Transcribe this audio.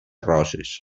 roses